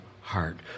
heart